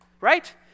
right